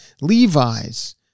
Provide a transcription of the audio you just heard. Levi's